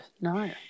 no